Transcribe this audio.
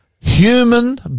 Human